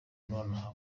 nonaha